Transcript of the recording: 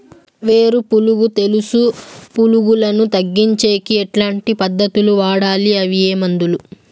వేరు పులుగు తెలుసు పులుగులను తగ్గించేకి ఎట్లాంటి పద్ధతులు వాడాలి? అవి ఏ మందులు?